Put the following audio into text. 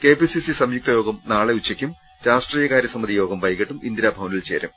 K P C C സംയുക്തയോഗം നാളെ ഉച്ചയ്ക്കും രാഷ്ട്രീയകാര്യസമിതിയോഗം വൈകിട്ടും ഇന്ദിരാഭവനിൽ ചേരും